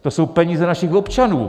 To jsou peníze našich občanů.